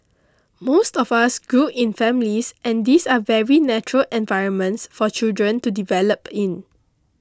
most of us grew in families and these are very natural environments for children to develop in